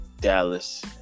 Dallas